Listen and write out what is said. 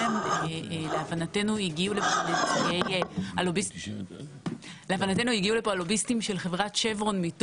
להבנתנו הגיעו לכאן הלוביסטים של חברת שברון,